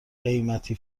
قیمتی